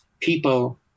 people